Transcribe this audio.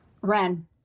Ren